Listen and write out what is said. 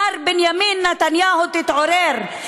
מר בנימין נתניהו, תתעורר.